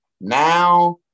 Now